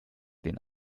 den